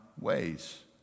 ways